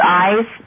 eyes